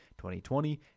2020